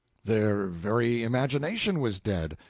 their very imagination was dead.